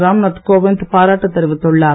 ராம்நாத் கோவிந்த் பாராட்டு தெரிவித்துள்ளார்